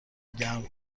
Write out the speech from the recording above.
گرم